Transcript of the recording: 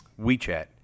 WeChat